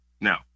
Now